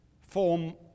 form